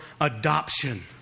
adoption